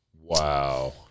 Wow